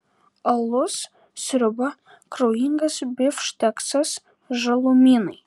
alus sriuba kraujingas bifšteksas žalumynai